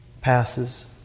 passes